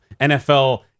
NFL